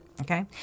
Okay